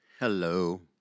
Hello